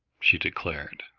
she declared,